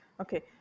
okay